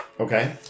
Okay